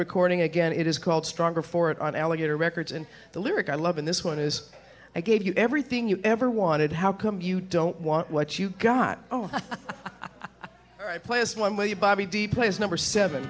recording again it is called stronger for it on alligator records and the lyric i love in this one is i gave you everything you ever wanted how come you don't want what you got oh i play is one way bobby de plays number seven